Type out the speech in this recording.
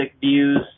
views